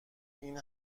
این